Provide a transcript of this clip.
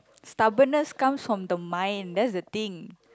stubbornness comes from the mind that's the thing